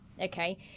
okay